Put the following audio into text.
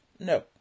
No